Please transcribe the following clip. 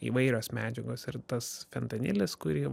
įvairios medžiagos ir tas fentanilis kurį